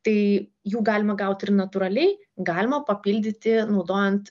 tai jų galima gauti ir natūraliai galima papildyti naudojant